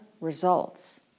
results